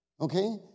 Okay